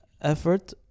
effort